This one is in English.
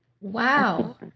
Wow